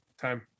time